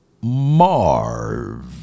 Marv